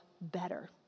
better